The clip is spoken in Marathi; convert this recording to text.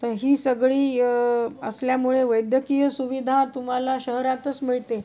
तर ही सगळी असल्यामुळे वैद्यकीय सुविधा तुम्हाला शहरातच मिळते